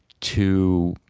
to,